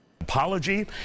Apology